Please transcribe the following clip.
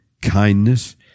kindness